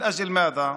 בשביל מה?